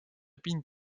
pind